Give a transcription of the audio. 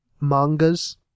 mangas